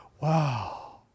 wow